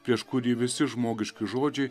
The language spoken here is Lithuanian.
prieš kurį visi žmogiški žodžiai